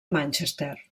manchester